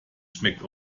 schmeckt